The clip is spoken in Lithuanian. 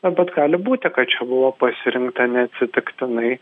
na bet gali būti kad čia buvo pasirinkta neatsitiktinai